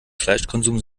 fleischkonsum